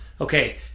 okay